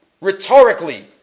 rhetorically